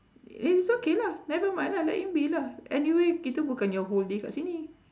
it's okay lah never mind lah let it be lah anyway kita bukannya whole day kat sini